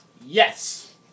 Yes